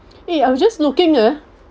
eh I'm just looking ah